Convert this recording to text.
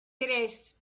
tres